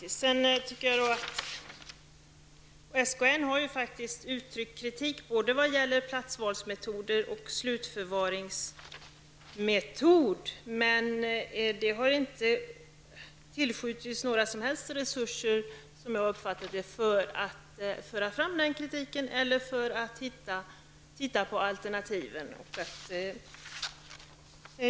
SKN har uttryckt kritik både vad gäller platsvalsmetoder och slutförvaringsmetod. Men som jag har uppfattat det har inte några som helst resurser tillskjutits för att den kritiken skall kunna föras fram eller för att man skall kunna studera alternativ.